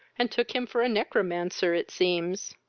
and took him for a negromancer it seems.